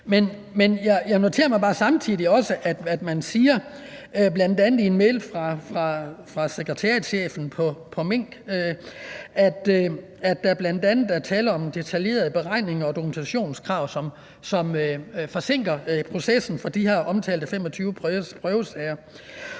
Jeg noterer mig bare samtidig, at man i en mail fra sekretariatschefen siger, at der bl.a. er tale om detaljerede beregninger og dokumentationskrav, som forsinker processen for de her omtalte 25 prøvesager.